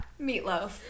meatloaf